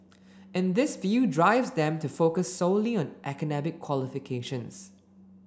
and this view drives them to focus solely on academic qualifications